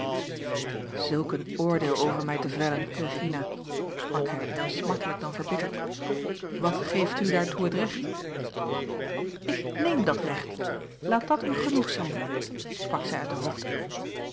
zulk een oordeel over mij te vellen regina sprak hij eer smartelijk dan verbitterd wat geeft u daartoe het recht ik neem dat recht laat dat u genoeg zijn sprak zij uit de hoogte